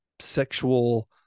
sexual